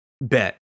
Bet